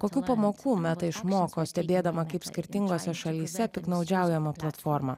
kokių pamokų meta išmoko stebėdama kaip skirtingose šalyse piktnaudžiaujama platforma